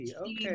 okay